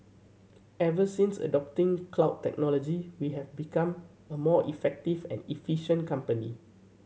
ever since adopting cloud technology we have become a more effective and efficient company